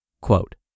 Quote